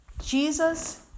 Jesus